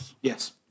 Yes